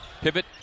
Pivot